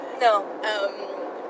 No